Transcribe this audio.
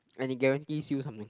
and it guarantees you something